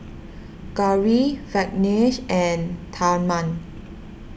Gauri Verghese and Tharman